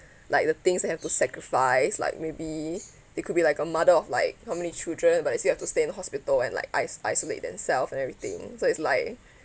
like the things they have to sacrifice like maybe they could be like a mother of like how many children but they still have to stay in the hospital and like ice isolate themselves and everything so it's like